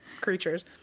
creatures